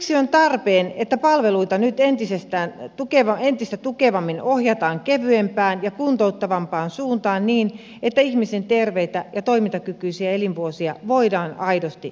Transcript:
siksi on tarpeen että palveluita nyt entistä tukevammin ohjataan kevyempään ja kuntouttavampaan suuntaan niin että ihmisen terveitä ja toimintakykyisiä elinvuosia voidaan aidosti lisätä